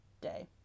day